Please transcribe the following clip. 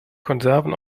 konserven